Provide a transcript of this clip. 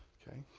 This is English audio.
ok?